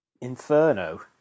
Inferno